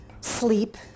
sleep